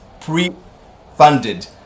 pre-funded